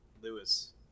lewis